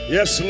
Yes